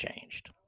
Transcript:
changed